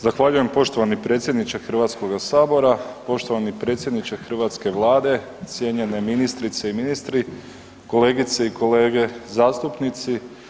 Zahvaljujem poštovani predsjedniče HS-a, poštovani predsjedniče hrvatske Vlade, cijenjene ministrice i ministri, kolegice i kolege zastupnici.